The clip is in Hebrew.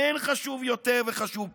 אין חשוב יותר וחשוב פחות.